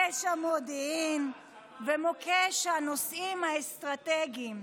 מוקש המודיעין ומוקש הנושאים האסטרטגיים,